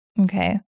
Okay